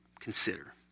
consider